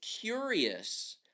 curious